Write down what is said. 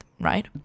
right